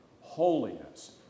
Holiness